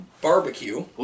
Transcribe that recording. Barbecue